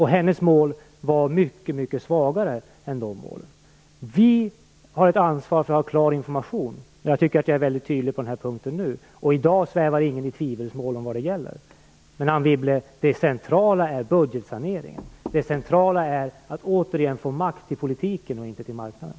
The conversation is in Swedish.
Hennes mål var mycket svagare än de målen. Vi har ett ansvar för att ge klar information, och jag tycker att jag är mycket tydlig på den punkten nu. I dag svävar ingen i tvivelsmål om vad det gäller. Men det centrala är budgetsanering, Anne Wibble, och det centrala är att återigen få makt till politiken och inte till marknaden.